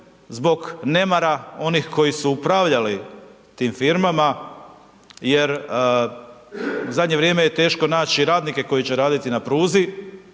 zbog nemara onih koji su upravljali tim firmama jer u zadnje vrijeme je teško naći radnike koji će raditi na pruzi.